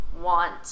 want